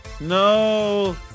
No